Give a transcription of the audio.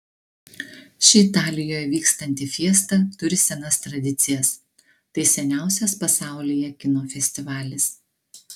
ši italijoje vykstanti fiesta turi senas tradicijas tai seniausias pasaulyje kino festivalis